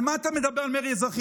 על מה אתה מדבר, על מרי אזרחי?